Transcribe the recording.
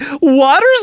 water's